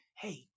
hey